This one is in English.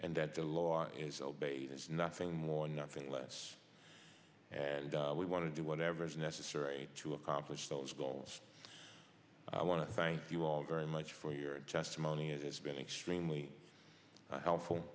and that the law is obeyed is nothing more nothing less and we want to do whatever is necessary to accomplish those goals i want to thank you all very much for your testimony it's been extremely helpful